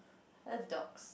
I love dogs